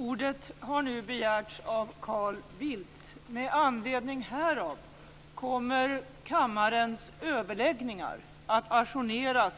Ordet har nu begärts av Carl Bildt. Med anledning härav kommer kammarens överläggningar att ajourneras